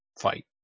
fight